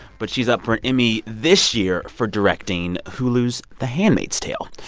but she's up for an emmy this year for directing hulu's the handmaid's tale.